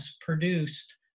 produced